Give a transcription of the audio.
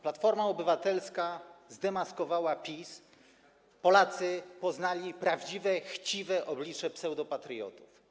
Platforma Obywatelska zdemaskowała PiS, Polacy poznali prawdziwe chciwe oblicze pseudopatriotów.